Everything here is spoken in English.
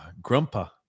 Grumpa